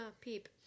Peep